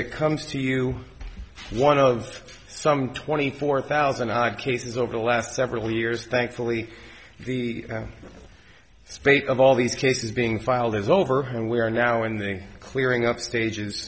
it comes to you one of some twenty four thousand odd cases over the last several years thankfully the spate of all these cases being filed is over and we are now in the clearing up stages